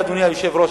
אדוני היושב-ראש,